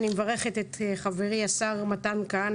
אני מברכת את חברי השר מתן כאן,